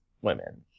women